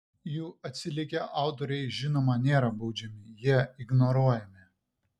jų atsilikę autoriai žinoma nėra baudžiami jie ignoruojami